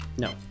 no